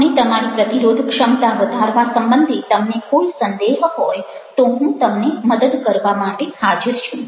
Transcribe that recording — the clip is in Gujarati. અને તમારી પ્રતિરોધક્ષમતા વધારવા સંબંધી તમને કોઈ સંદેહ હોય તો હું તમને મદદ કરવા માટે હાજર છું